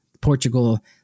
Portugal